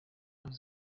ari